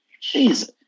Jesus